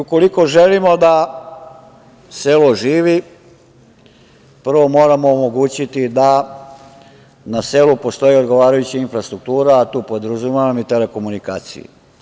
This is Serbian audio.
Ukoliko želimo da selo živi prvo moramo omogućiti da na selu postoje odgovarajuća infrastruktura, a tu podrazumevam i telekomunikaciju.